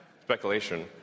speculation